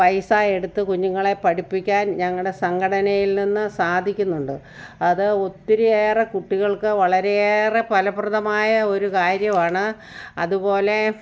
പൈസ എടുത്ത് കുഞ്ഞുങ്ങളെ പഠിപ്പിക്കാൻ ഞങ്ങളുടെ സംഘടനയിൽ നിന്ന് സാധിക്കുന്നുണ്ട് അത് ഒത്തിരിയേറെ കുട്ടികൾക്ക് വളരെയേറെ ഫലപ്രദമായ ഒരു കാര്യമാണ് അതുപോലെ